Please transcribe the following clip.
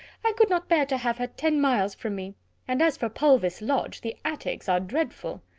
i could not bear to have her ten miles from me and as for pulvis lodge, the attics are dreadful.